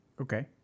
Okay